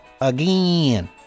again